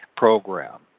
Program